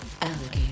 alligator